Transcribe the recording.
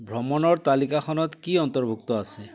ভ্ৰমণৰ তালিকাখনত কি অন্তৰ্ভুক্ত আছে